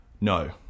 no